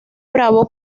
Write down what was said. bravo